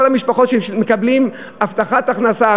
כל המשפחות שמקבלות הבטחת הכנסה,